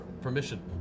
permission